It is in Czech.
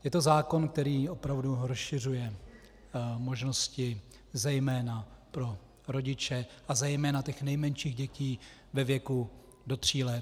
Je to zákon, který opravdu rozšiřuje možnosti zejména pro rodiče a zejména těch nejmenších dětí ve věku do tří let.